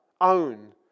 own